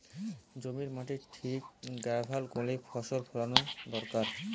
জমির মাটির ঠিক ব্যাভার কোরে ফসল ফোলানো দোরকার